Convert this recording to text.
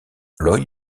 lloyd